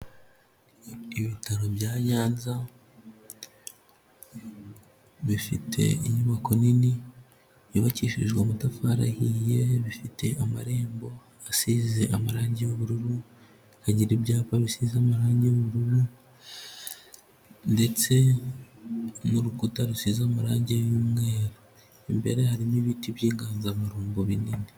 Ibitaro bya Nyanza bifite inyubako nini yubakishijwe amatafari ahiye, bifite amarembo asize amarangi y'ubururu, agira ibyapa bisize amarangi y'ubururu ndetse n'urukuta rusize amarangi y'umweru, imbere harimo ibiti by'inganzamarumbo binini.